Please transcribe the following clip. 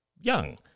young